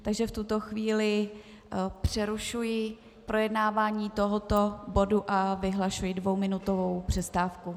Takže v tuto chvíli přerušuji projednávání tohoto bodu a vyhlašuji dvouminutovou přestávku.